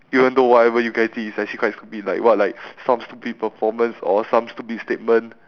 even though whatever you guys did is actually quite stupid like what like some stupid performance or some stupid statement